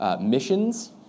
missions